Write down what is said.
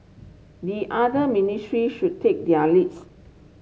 the other ministry should take their leads